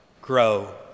grow